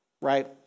right